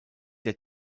der